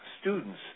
students